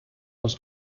was